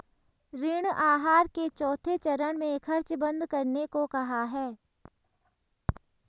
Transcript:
ऋण आहार के चौथे चरण में खर्च बंद करने को कहा है